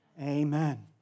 Amen